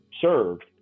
served